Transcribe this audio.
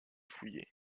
fouillé